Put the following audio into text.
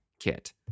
kit